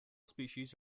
species